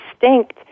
distinct